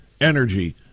energy